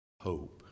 hope